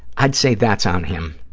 i'd say that's on him.